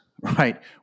right